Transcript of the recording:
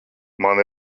man